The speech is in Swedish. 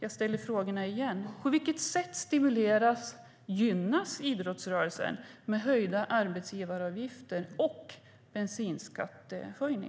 Jag ställer frågan igen: På vilket sätt stimuleras och gynnas idrottsrörelsen av höjda arbetsgivaravgifter och höjningar av bensinskatten?